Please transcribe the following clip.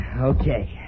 Okay